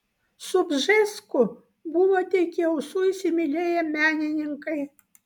su bžesku buvote iki ausų įsimylėję menininkai